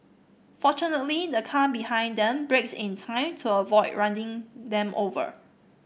fortunately the car behind them braked in time to avoid running them over